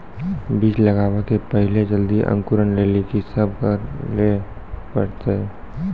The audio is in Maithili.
बीज लगावे के पहिले जल्दी अंकुरण लेली की सब करे ले परतै?